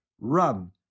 run